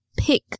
Pick